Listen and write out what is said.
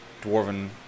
dwarven